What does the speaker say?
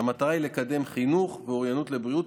והמטרה היא לקדם חינוך ואוריינות לבריאות